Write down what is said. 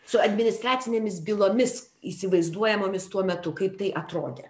su administracinėmis bylomis įsivaizduojamomis tuo metu kaip tai atrodė